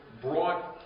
brought